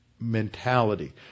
mentality